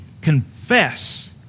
confess